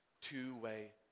two-way